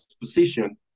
position